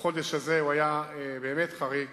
החודש הזה היה באמת חריג